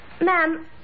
Ma'am